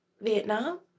Vietnam